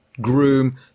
groom